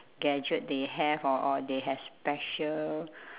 gadget they have or or they have special